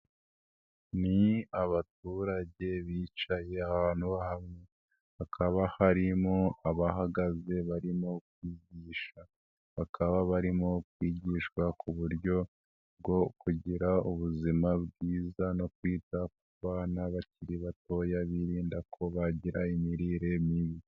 Ni abaturage bicaye ahantu hakaba harimo abahagaze barimo kwigisha, bakaba barimo kwigishwa ku buryo bwo kugira ubuzima bwiza no kwita ku bana bakiri batoya birinda ko bagira imirire mibi.